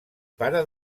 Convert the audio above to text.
pare